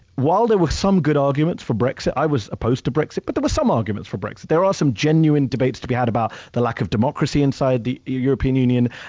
while there were some good arguments for brexit, i was opposed to brexit, but there were some arguments for brexit. there are some genuine debates to be had about the lack of democracy inside the european union,